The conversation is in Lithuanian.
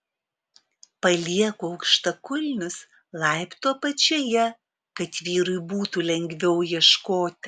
palieku aukštakulnius laiptų apačioje kad vyrui būtų lengviau ieškoti